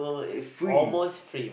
is free